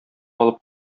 алып